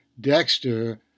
Dexter